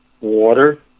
Water